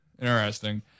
interesting